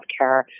healthcare